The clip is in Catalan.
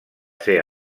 ser